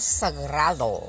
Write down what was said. sagrado